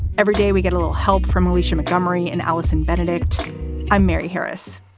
every day we get a little help from alicia mcmurray and allison benedikt i'm mary harris.